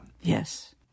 Yes